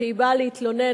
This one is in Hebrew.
כשהיא באה להתלונן,